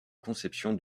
conception